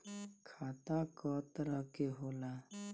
खाता क तरह के होला?